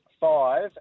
five